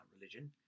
religion